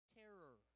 terror